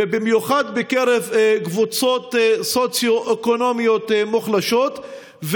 במיוחד בקרב קבוצות סוציו-אקונומיות מוחלשות,